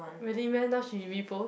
really meh now she repost